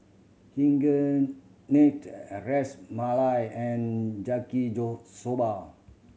Ras Malai and Yaki Soba